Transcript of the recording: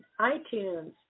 iTunes